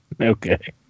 Okay